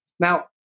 Now